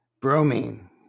Bromine